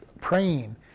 praying